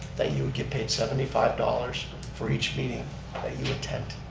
that you would get paid seventy five dollars for each meeting that you attend.